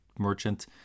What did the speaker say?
merchant